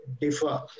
differ